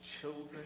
children